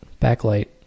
backlight